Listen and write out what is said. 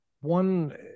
One